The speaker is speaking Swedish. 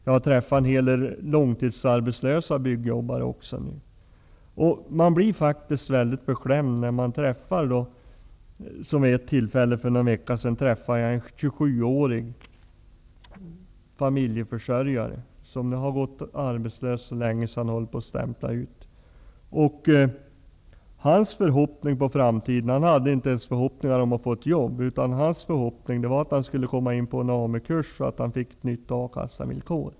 Jag har också träffat en hel del långtidsarbetslösa byggnadsarbetare, och det gör mig mycket beklämd. För någon vecka sedan träffade jag en 27 årig familjeförsörjare som gått arbetslös så länge att han håller på att stämpla ut. Han hade inte ens en förhoppning om att få ett jobb, utan hans förhoppning var att komma in på en AMU-kurs så att han fick nya A-kassevillkor.